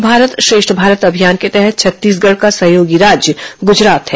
एक भारत श्रेष्ठ भारत अभियान के तहत छत्तीसगढ़ का सहयोगी राज्य गुजरात है